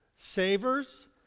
Savers